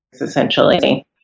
essentially